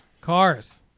cars